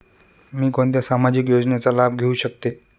मी कोणत्या सामाजिक योजनेचा लाभ घेऊ शकते?